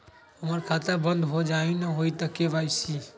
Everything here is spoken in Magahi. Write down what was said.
हमर खाता बंद होजाई न हुई त के.वाई.सी?